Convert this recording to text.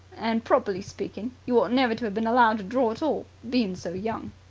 and, properly speaking, you ought never to have been allowed to draw at all, being so young.